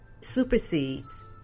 supersedes